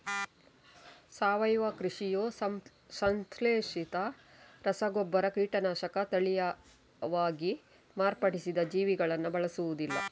ಸಾವಯವ ಕೃಷಿಯು ಸಂಶ್ಲೇಷಿತ ರಸಗೊಬ್ಬರ, ಕೀಟನಾಶಕ, ತಳೀಯವಾಗಿ ಮಾರ್ಪಡಿಸಿದ ಜೀವಿಗಳನ್ನ ಬಳಸುದಿಲ್ಲ